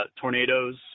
Tornadoes